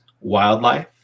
wildlife